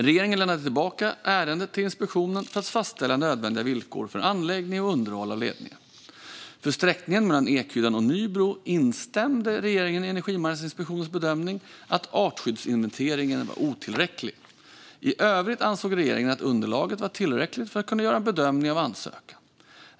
Regeringen lämnade tillbaka ärendet till inspektionen för att fastställa nödvändiga villkor för anläggning och underhåll av ledningen. För sträckningen mellan Ekhyddan och Nybro instämde regeringen i Energimarknadsinspektionens bedömning att artskyddsinventeringen var otillräcklig. I övrigt ansåg regeringen att underlaget var tillräckligt för att kunna göra en bedömning av ansökan.